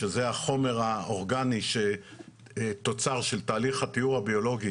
שזה החומר האורגני שהוא תוצר של תהליך הטיהור הביולוגי